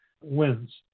wins